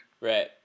Right